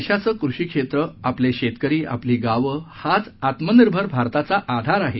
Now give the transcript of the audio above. देशाचं कृषी क्षेत्र आपले शेतकरी आपली गावं हाच आत्मनिर्भर भारताचा आधार आहेत